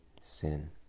sin